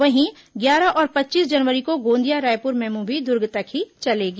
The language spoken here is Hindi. वहीं ग्यारह और पच्चीस जनवरी को गोंदिया रायपुर मेमू भी दुर्ग तक ही चलेगी